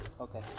Okay